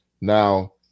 Now